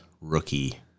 rookie